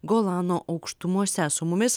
golano aukštumose su mumis